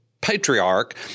patriarch